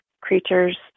creatures